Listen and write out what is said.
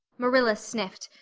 marilla sniffed,